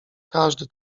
każdy